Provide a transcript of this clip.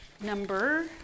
number